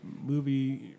movie